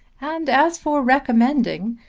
and as for recommending,